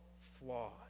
flawed